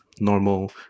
normal